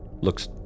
looks